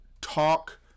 talk